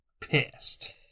Pissed